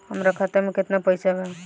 हमरा खाता में केतना पइसा बा?